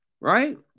right